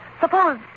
suppose